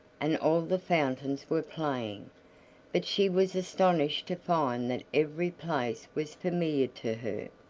and all the fountains were playing but she was astonished to find that every place was familiar to her,